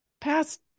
past